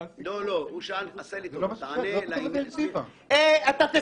זה לא מה ששאלנו, זה לא כתוב בדירקטיבה.